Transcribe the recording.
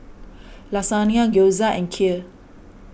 Lasagne Gyoza and Kheer